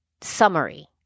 summary